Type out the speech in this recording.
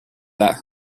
that